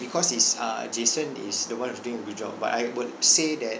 because is uh jason is the one who's doing a good job but I would say that